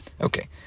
Okay